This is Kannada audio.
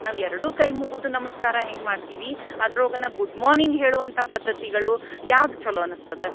ನಾವು ಎರಡು ಕೈ ಮುಗುದ ನಮಸ್ಕಾರ ಹೆಂಗೆ ಮಾಡ್ತೀವಿ ಅದ್ರೋಗನ ಗುಡ್ ಮಾರ್ನಿಂಗ್ ಹೇಳುವಂಥಾ ಪದ್ಧತಿಗಳು ಯಾವ್ದು ಚಲೋ ಅನಿಸ್ತದ